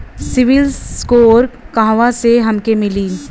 CIBIL score कहाँसे हमके मिली?